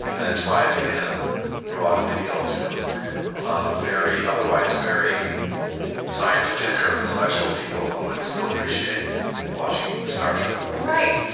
and that's why i think it had a broad appeal to a lot of very otherwise very scientific or intellectual people who would still appreciate watching star trek right.